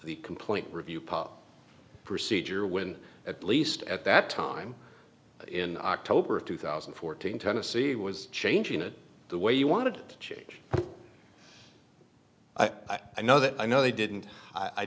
the complaint review part procedure when at least at that time in october of two thousand and fourteen tennessee was changing it the way you want to change i know that i know they didn't i